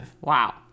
Wow